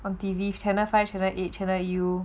on T_V channel five channel eight channel U